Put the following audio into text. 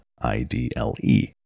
I-D-L-E